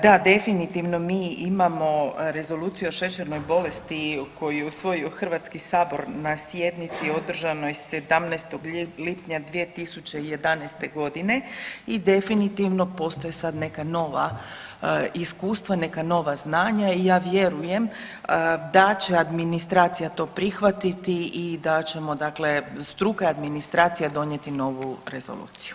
Da, definitivno mi imamo Rezoluciju o šećernoj bolesti koju je usvojio HS na sjednici održanoj 17. lipnja 2011. g. i definitivno postoje sad neka nova iskustva, neka nova znanja i ja vjerujem da će administracija to prihvatiti i da ćemo, dakle struka i administracija donijeti novu rezoluciju.